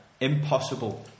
impossible